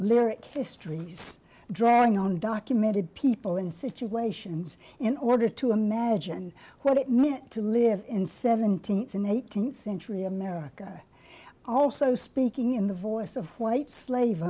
lyric histories drawing on documented people and situations in order to imagine what it meant to live in seventeenth and eighteenth century america also speaking in the voice of white slave